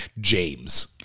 James